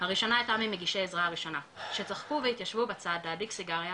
הראשונה הייתה ממגישי העזרה הראשונה שצחקו והתיישבו בצד להדליק סיגריה,